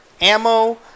ammo